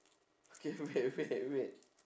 okay wait wait wait